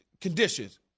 conditions